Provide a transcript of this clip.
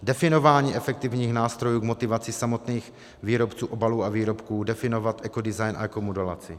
Definování efektivních nástrojů k motivaci samotných výrobců obalů a výrobků, definovat ekodesign a ekomodulaci.